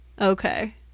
okay